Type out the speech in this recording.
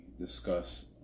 discuss